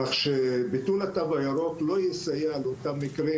כך שביטול התו הירוק לא יסייע באותם מקרים